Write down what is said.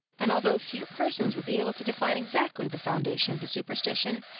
and although few persons would be able to define exactly the foundation of the superstition,